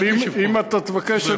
אבל אם אתה תבקש,